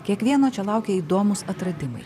kiekvieno čia laukia įdomūs atradimai